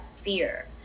fear